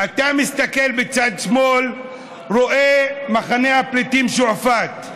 אתה מסתכל בצד שמאל ורואה את מחנה הפליטים שועפאט,